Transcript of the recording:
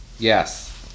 Yes